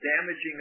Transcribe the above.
damaging